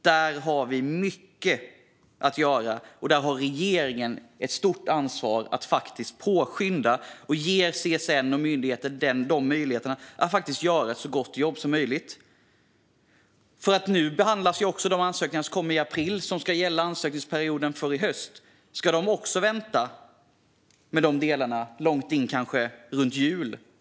Det finns mycket att göra, och regeringen har ett stort ansvar att påskynda arbetet och ge CSN och övriga myndigheter möjlighet att göra ett så gott jobb som möjligt. Nu ska de ansökningar som kom in i april och som gäller hösten behandlas. Ska de också vänta, kanske ända fram till runt jul?